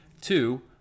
Two